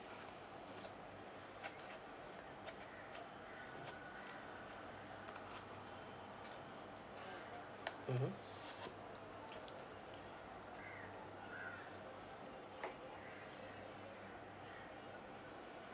mmhmm